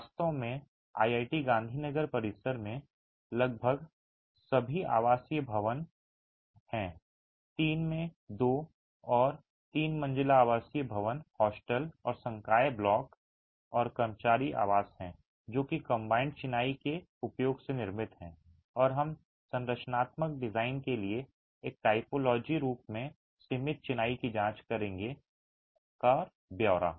वास्तव में IIT गांधीनगर परिसर में लगभग सभी आवासीय भवन हैं 3 में 2 और 3 मंजिला आवासीय भवन हॉस्टल और संकाय ब्लॉक और कर्मचारी आवास हैं जो कि कंबाइंड चिनाई के उपयोग से निर्मित है और हम संरचनात्मक डिजाइन के लिए एक टाइपोलॉजी के रूप में सीमित चिनाई की जांच करेंगे और का ब्यौरा